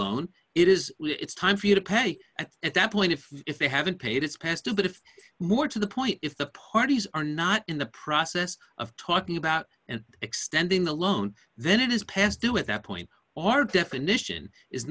loan it is it's time for you to pay and at that point if if they haven't paid it's past due but if more to the point if the parties are not in the process of talking about and extending the loan then it is past due at that point our definition is